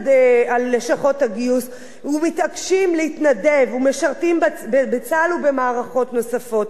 לשכות הגיוס ומתעקשים להתנדב ומשרתים בצה"ל ובמערכות נוספות.